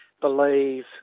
believe